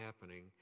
happening